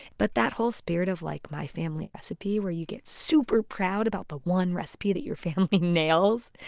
but that whole spirit of like my family recipe, where you get super proud about the one recipe that your family nails,